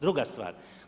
Druga stvar.